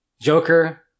Joker